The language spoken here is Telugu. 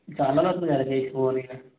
చాలా రోజులు అవుతుంది కదా చేసి ఫోన్ నీకు